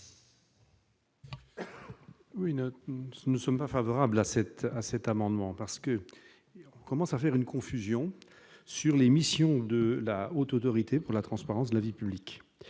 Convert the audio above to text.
nous, nous ne sommes pas favorables à cette à cet amendement parce que on commence à faire une confusion sur les missions de la Haute autorité pour la transparence de la vie publique